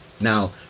now